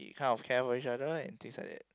kind of care for each other and things like that